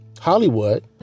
hollywood